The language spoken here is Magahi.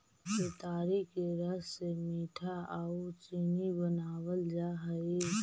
केतारी के रस से मीठा आउ चीनी बनाबल जा हई